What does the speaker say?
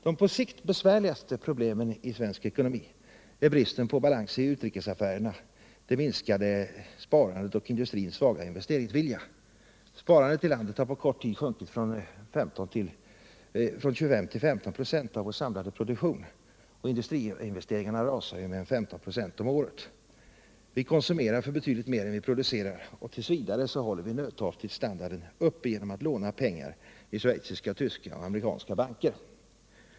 De på sikt besvärligaste problemen i svensk ekonomi är bristen på balans i utrikesaffärerna, det minskade sparandet och industrins svaga investeringsvilja. Sparandet i landet har på kort tid sjunkit från 25 till 15 96 av vår samlade produktion och industriinvesteringarna rasar med 15 96 om året. Vi konsumerar för betydligt mer än vi producerar, och t.v. håller vi nödtorftigt standarden uppe genom att låna pengar i schweiziska, tyska och amerikanska banker.